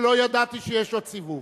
ולא ידעתי שיש עוד סיבוב.